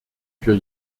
für